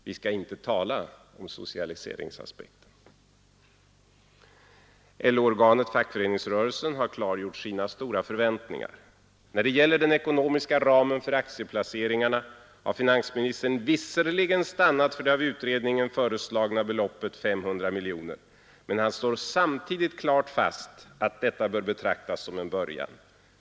Vi skall inte tala om socialiseringsaspekten! LO-organet Fackföreningsrörelsen har klargjort sina stora förväntningar: ”När det gäller den ekonomiska ramen för aktieplaceringarna har finansministern visserligen stannat för det av utredningen föreslagna beloppet, 500 miljoner, men han slår samtidigt klart fast, att detta bör betraktas som en början.